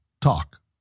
talk